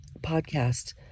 podcast